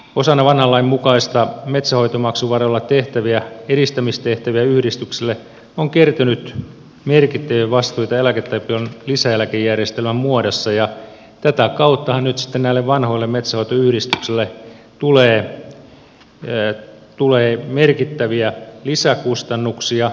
osana vanhan lain mukaisia metsänhoitomaksuvaroilla tehtäviä edistämistehtäviä yhdistykselle on kertynyt merkittäviä vastuita eläke tapion lisäeläkejärjestelmän muodossa ja tätä kauttahan nyt sitten näille vanhoille metsänhoitoyhdistyksille tulee merkittäviä lisäkustannuksia